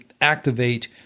activate